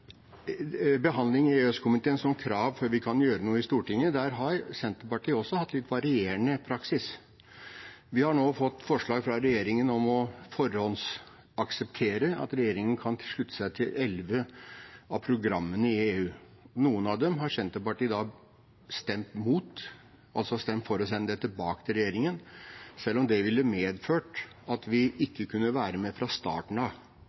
behandling i EØS-komiteen som krav før vi kan gjøre noe i Stortinget, har Senterpartiet også hatt litt varierende praksis. Vi har nå fått forslag fra regjeringen om å forhåndsakseptere at regjeringen kan slutte seg til elleve av programmene i EU. Noen av dem har Senterpartiet stemt imot, altså stemt for å sende dem tilbake til regjeringen, selv om det ville medført at vi ikke kunne være med fra starten av,